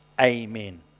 Amen